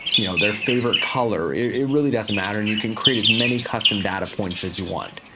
you know, their favorite color, it really doesn't matter. and you can create as many custom data points as you want.